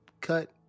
cut